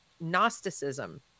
Gnosticism